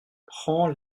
prends